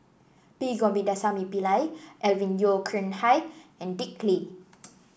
P Govindasamy Pillai Alvin Yeo Khirn Hai and Dick Lee